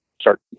start